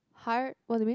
what do mean